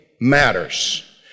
matters